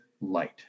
light